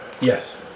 Yes